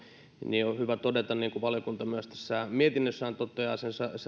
niin vielä on hyvä todeta kuten valiokunta myös tässä mietinnössään toteaa